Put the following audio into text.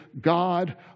God